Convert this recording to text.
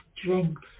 strength